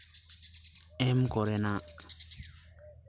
ᱮᱢ ᱠᱚᱨᱮᱱᱟᱜ